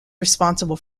responsible